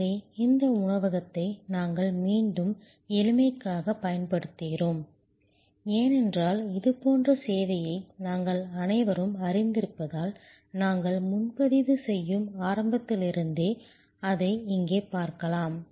எனவே இந்த உணவகத்தை நாங்கள் மீண்டும் எளிமைக்காகப் பயன்படுத்துகிறோம் ஏனென்றால் இதுபோன்ற சேவையை நாங்கள் அனைவரும் அறிந்திருப்பதால் நாங்கள் முன்பதிவு செய்யும் ஆரம்பத்திலிருந்தே அதை இங்கே பார்க்கலாம்